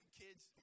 kids